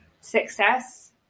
success